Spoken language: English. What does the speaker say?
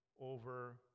over